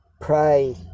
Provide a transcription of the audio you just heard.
pray